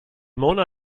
mona